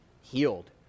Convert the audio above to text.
healed